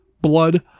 Blood